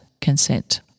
consent